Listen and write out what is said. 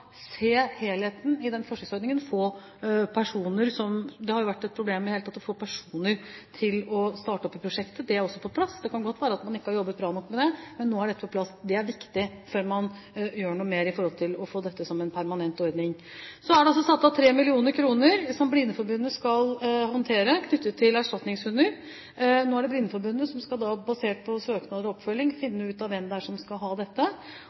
se helheten i denne forsøksordningen. Det har jo vært et problem i det hele tatt å få personer til å starte opp dette prosjektet. Det er også på plass. Det kan godt være at man ikke har jobbet bra nok med det, men nå er dette på plass. Det er viktig før man gjør noe mer med tanke på å få dette som en permanent ordning. Så er det satt av 3 mill. kr, som Blindeforbundet skal håndtere, knyttet til erstatningshunder. Nå er det Blindeforbundet som basert på søknad og oppfølging skal finne ut hvem det er som skal ha dette,